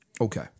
Okay